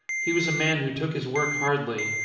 he was a man who took his work hardly,